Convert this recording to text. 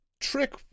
trick